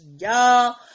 y'all